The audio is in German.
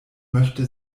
möchte